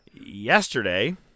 yesterday